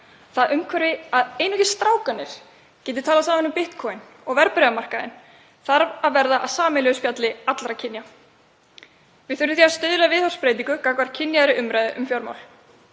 Það umhverfi að einungis strákarnir geti talað saman um Bitcoin og verðbréfamarkaðinn þarf að verða að sameiginlegu spjalli allra kynja. Við þurfum því að stuðla að viðhorfsbreytingu gagnvart kynjaðri umræðu um fjármál.